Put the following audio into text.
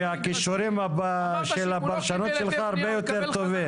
הכישורים של הפרשנות שלך הרבה יותר טובים.